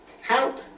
Help